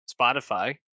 Spotify